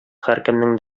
һәркемнең